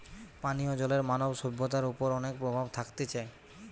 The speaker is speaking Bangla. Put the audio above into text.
পানীয় জলের মানব সভ্যতার ওপর অনেক প্রভাব থাকতিছে